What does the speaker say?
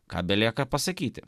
ką belieka pasakyti